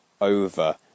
over